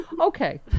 okay